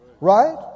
right